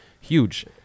huge